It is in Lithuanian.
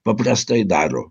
paprastai daro